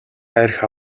архи